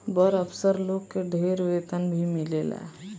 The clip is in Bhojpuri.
बड़ अफसर लोग के ढेर वेतन भी मिलेला